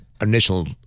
initial